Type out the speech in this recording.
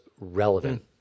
relevant